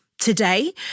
today